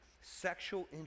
sexual